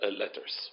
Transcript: letters